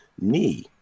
knee